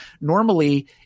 normally